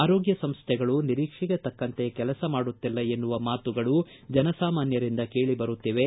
ಆರೋಗ್ಯ ಸಂಸ್ಥೆಗಳು ನಿರೀಕ್ಷೆಗೆ ತಕ್ಕಂತೆ ಕೆಲಸ ಮಾಡುತ್ತಿಲ್ಲ ಎನ್ನುವ ಮಾತುಗಳು ಜನಸಾಮಾನ್ಯರಿಂದ ಕೇಳಬರುತ್ತಿವೆ